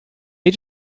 age